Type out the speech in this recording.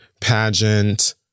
pageant